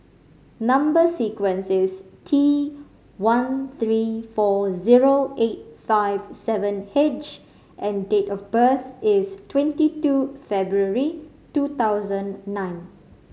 number sequence is T one three four zero eight five seven H and date of birth is twenty two February two thousand nine